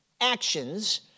actions